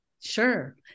Sure